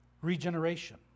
Regeneration